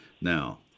Now